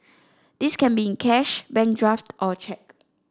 this can be in cash bank draft or cheque